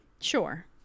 sure